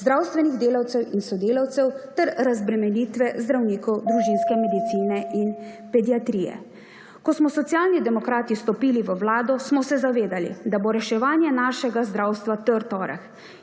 zdravstvenih delavcev in sodelavcev ter razbremenitve zdravnikov družinske medicine in pediatrije. Ko smo Socialni demokrati vstopili v Vlado, smo se zavedali, da bo reševanje našega zdravstva trd oreh.